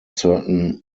certain